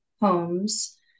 homes